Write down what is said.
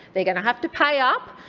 they're going to have to pay up,